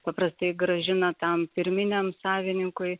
paprastai grąžina tam pirminiam savininkui